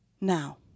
now